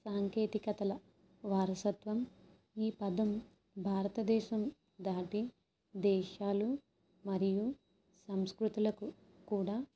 సాంకేతికతల వారసత్వం ఈ పదం భారతదేశం దాటి దేశాలు మరియు సంస్కృతులకు కూడా